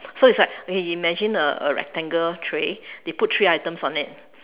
so it's like okay imagine a a rectangle tray they put three items on it